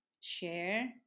share